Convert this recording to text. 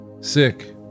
Sick